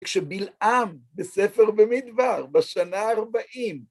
כשבלעם בספר במדבר בשנה ה-40